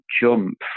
jump